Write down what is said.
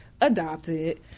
adopted